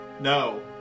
No